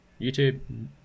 YouTube